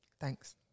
Thanks